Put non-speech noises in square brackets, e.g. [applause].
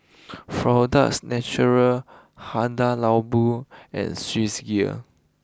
[noise] Florida's Natural Hada Labo and Swissgear